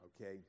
okay